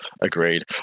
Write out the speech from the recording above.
Agreed